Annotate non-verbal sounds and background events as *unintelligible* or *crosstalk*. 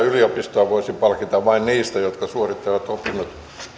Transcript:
*unintelligible* yliopistoa voisi palkita vain niistä jotka suorittavat opinnot